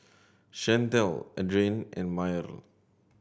Shantel Adrain and Myrl